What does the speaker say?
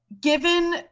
given